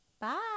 Bye